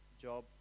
job